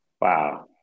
wow